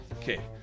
Okay